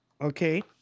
Okay